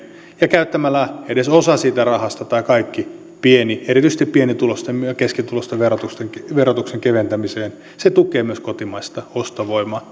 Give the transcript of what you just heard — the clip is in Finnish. ja käyttämällä edes osan siitä rahasta tai kaikki erityisesti pienituloisten ja keskituloisten verotuksen keventämiseen tukee myös kotimaista ostovoimaa